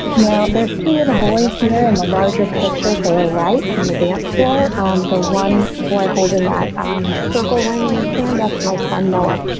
now there's two little boys here in the larger picture to the right on the dance floor, on um the one boy holding that um circle wringing his hand up my son noah.